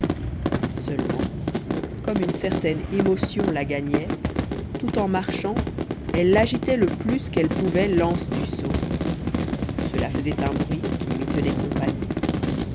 seulement comme une certaine émotion la gagnait tout en marchant elle agitait le plus qu'elle pouvait l'anse du seau cela faisait un bruit qui lui tenait compagnie